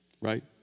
Right